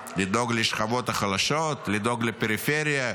לדאוג לשכבות החלשות, לדאוג לפריפריה.